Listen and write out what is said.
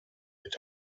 mit